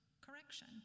correction